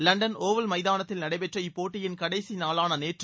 London oval மைதானத்தின் நடைபெற்ற இப்போட்டியின் கடைசி நாளான நேற்று